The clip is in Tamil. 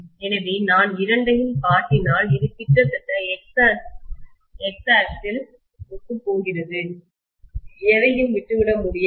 எனவே நான் இரண்டையும் காட்டினால் இது கிட்டத்தட்ட x ஆக்சிஸ் அச்சுடன் ஒத்துப்போகிறது எதையும் விட்டுவிட முடியாது